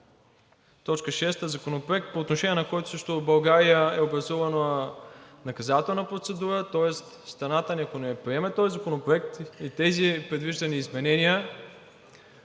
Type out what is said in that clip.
шеста – Законопроект, по отношение на който срещу България е образувана наказателна процедура. Тоест страната ни, ако не приеме този законопроект и тези предвиждани изменения,